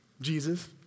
Jesus